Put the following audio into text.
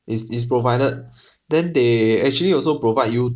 it's it's provided then they actually also provide you